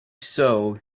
sow